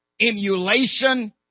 emulation